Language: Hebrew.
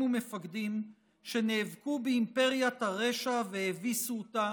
ומפקדים שנאבקו באימפריית הרשע והביסו אותה